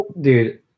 Dude